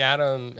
Adam